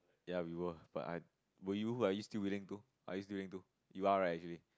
ya we will but I will you are you still willing to are you still willing to you are right actually